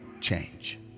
change